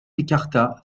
écarta